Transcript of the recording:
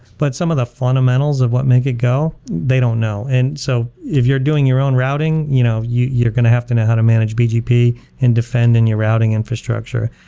but some of the fundamentals of what make it go, they don't know. and so if you're doing your own routing, you know you're going to have to know how to manage bgp and defend in your routing infrastructure.